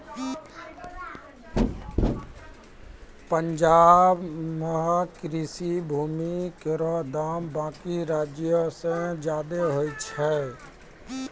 पंजाब म कृषि भूमि केरो दाम बाकी राज्यो सें जादे होय छै